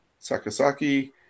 Sakasaki